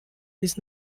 bis